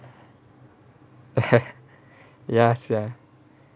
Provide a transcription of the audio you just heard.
ya sia